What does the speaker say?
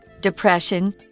depression